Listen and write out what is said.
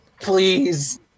please